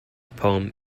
poem